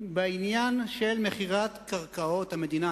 בעניין של מכירת קרקעות המדינה.